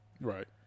Right